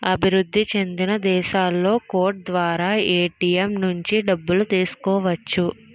అభివృద్ధి చెందిన దేశాలలో కోడ్ ద్వారా ఏటీఎం నుంచి డబ్బులు తీసుకోవచ్చు